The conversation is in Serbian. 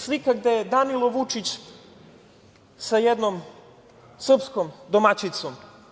Slika gde je Danilo Vučić sa jednom srpskom domaćicom.